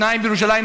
שניים בירושלים,